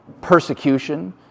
persecution